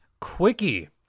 Quickie